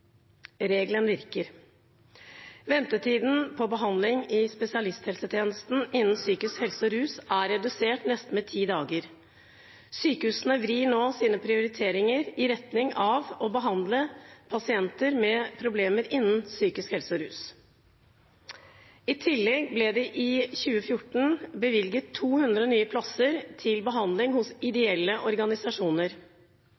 virker. Ventetiden på behandling i spesialisthelsetjenesten innenfor psykisk helse og rus er redusert med nesten ti dager. Sykehusene vrir nå sine prioriteringer i retning av å behandle pasienter med problemer innenfor psykisk helse og rus. I tillegg ble det i 2014 bevilget penger til 200 nye plasser til behandling hos ideelle organisasjoner.